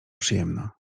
przyjemna